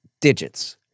Digits